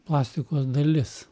plastikos dalis